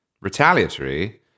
retaliatory